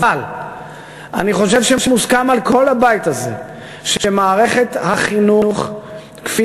אבל אני חושב שמוסכם על כל הבית הזה שמערכת החינוך כפי